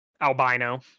albino